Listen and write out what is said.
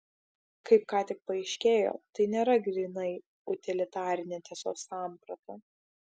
kaip ką tik paaiškėjo tai nėra grynai utilitarinė tiesos samprata